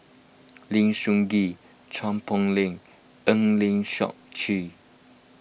Lim Soo Ngee Chua Poh Leng Eng Lee Seok Chee